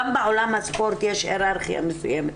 גם בעולם הספורט יש היררכיה מסוימת.